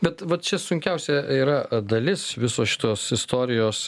bet va čia sunkiausia yra dalis visos šitos istorijos